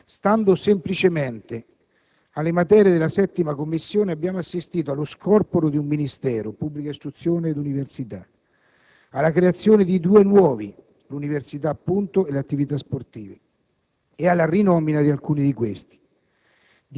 Stando semplicemente alle materie della 7a Commissione, abbiamo assistito allo scorporo del Ministero dell'istruzione, dell'università e della ricerca, alla creazione di due nuovi, università, appunto, e attività sportive e alla rinomina di alcuni di questi.